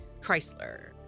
Chrysler